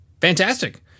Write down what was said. fantastic